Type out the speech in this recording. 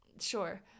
Sure